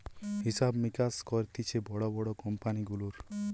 হিসাব মিকাস করতিছে বড় বড় কোম্পানি গুলার